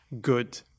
good